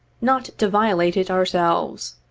not to violate it ourselves.